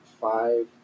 five